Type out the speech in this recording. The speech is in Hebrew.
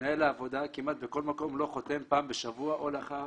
מנהל העבודה כמעט בכל מקום לא חותם פעם בשבוע או לאחר